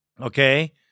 Okay